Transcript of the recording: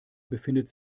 befindet